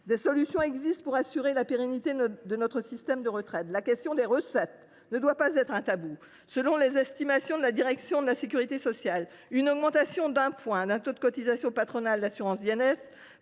Des solutions existent pour assurer la pérennité de notre système de retraite. La question des recettes ne doit pas être un tabou. Selon les estimations de la direction de la sécurité sociale, une augmentation d’un point du taux de la cotisation patronale d’assurance